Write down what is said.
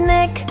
Nick